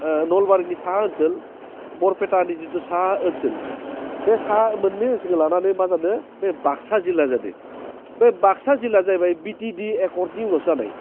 नलबारिनि साहा ओनसोल बरपेटानि जिथु साहा ओनसोल बे साहा मोननै ओनसोलखौ लानानै मा जादों बे बाक्सा जिल्ला जादो बे बाक्सा जिल्लाया जाहैबाय बिटिएडि एकर्टनि उनावसो जानाय